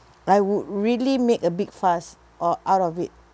I would really make a big fuss or out of it